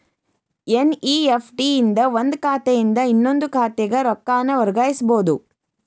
NEFT ಇಂದ ಒಂದ್ ಖಾತೆಯಿಂದ ಇನ್ನೊಂದ್ ಖಾತೆಗ ರೊಕ್ಕಾನ ವರ್ಗಾಯಿಸಬೋದು